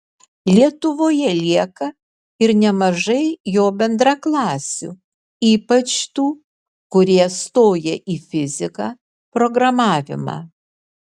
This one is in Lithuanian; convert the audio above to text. lietuvoje lieka ir nemažai jo bendraklasių ypač tų kurie stoja į fiziką programavimą